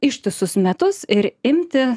ištisus metus ir imti